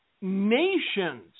nations